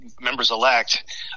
members-elect